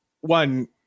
One